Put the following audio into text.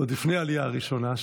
עוד לפני העלייה הראשונה,